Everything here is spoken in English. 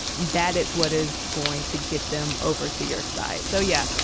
that is what is going to get them over to your side. so, yeah,